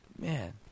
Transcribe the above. Man